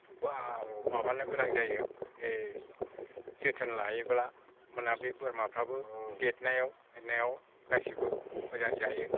बा माबानो गोनां जायो ओइ जोथोन लायोब्ला होमब्लाना बे बोरमाफ्राबो देरनायाव मानायाव गासैबो मोजां जायो